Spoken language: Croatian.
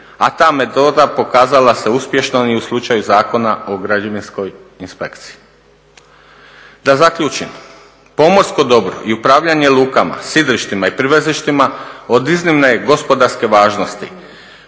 a ta metoda pokazala se uspješnom i u slučaju Zakona o građevinskoj inspekciji. Da zaključim, pomorsko dobro i upravljanje lukama, sidrištima i privezištima od iznimne je gospodarske važnosti